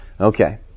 Okay